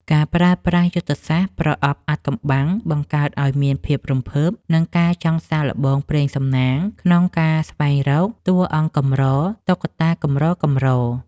ការប្រើប្រាស់យុទ្ធសាស្ត្រ ប្រអប់អាថ៌កំបាំង បង្កើតឱ្យមានភាពរំភើប និងការចង់សាកល្បងព្រេងសំណាងក្នុងការស្វែងរកតួអង្គកម្រតុក្កតាកម្រៗ។